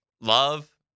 love